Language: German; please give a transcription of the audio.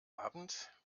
abend